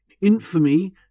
infamy